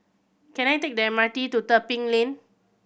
can I take the M R T to Tebing Lane